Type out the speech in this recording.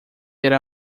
era